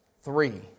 Three